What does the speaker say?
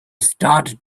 started